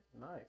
Nice